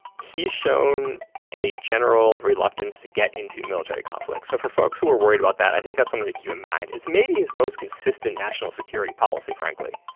he's shown a general reluctance to get into military conflict. so for folks who are worried about that i think that's something to keep in mind. it's maybe his most consistent national security policy frankly.